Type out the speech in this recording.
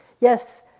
Yes